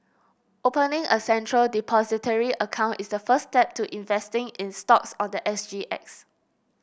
opening a Central Depository account is the first step to investing in stocks on the S G X